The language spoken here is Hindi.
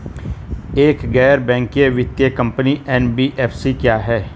एक गैर बैंकिंग वित्तीय कंपनी एन.बी.एफ.सी क्या है?